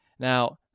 Now